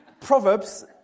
Proverbs